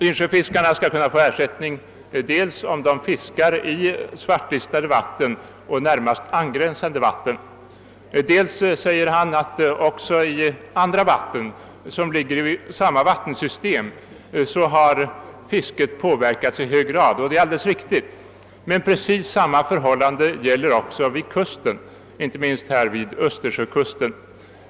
Insjöfiskarna skall kunna erhålla ersättning dels om de fiskar i svartlistade vatten och angränsande vatten, dels, säger han, bör de erhålla ersättning när de fiskar i andra vatten som tillhör samma vattensystem, eftersom också fisket där har påverkats i hög grad av kvicksilverförekomsten. Detta är alldeles riktigt. Precis samma förhållande råder emellertid också vid kusten, inte minst vid östersjökusten.